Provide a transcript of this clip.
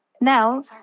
Now